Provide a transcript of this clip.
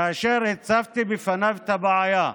כאשר הצפתי בפניו את הבעיה.